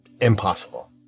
Impossible